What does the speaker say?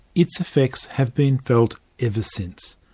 its effects have been felt ever since.